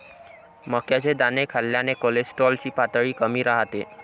मक्याचे दाणे खाल्ल्याने कोलेस्टेरॉल ची पातळी कमी राहते